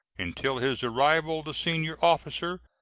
until his arrival the senior officer,